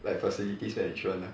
like facilities management lah